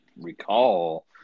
recall